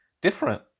different